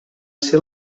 ser